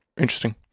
Interesting